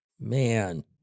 Man